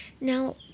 Now